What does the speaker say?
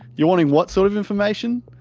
you're wanting what sort of information?